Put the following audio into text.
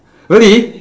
really